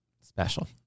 Special